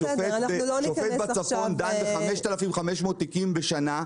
שופט בצפון דן ב-5,500 תיקים בשנה.